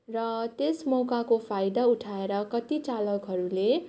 र त्यस मौकाको फाइदा उठाएर कति चालकहरूले